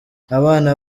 abana